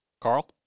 Carl